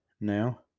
now